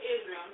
Israel